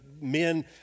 men